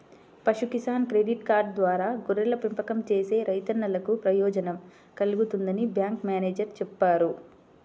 పశు Kisan credit card ద్వారా గొర్రెల పెంపకం చేసే రైతన్నలకు ప్రయోజనం కల్గుతుందని బ్యాంకు మేనేజేరు చెప్పారు